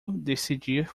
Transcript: decidir